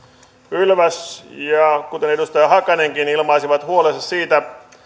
pylväs kuten edustaja hakanenkin ilmaisi huolensa siitä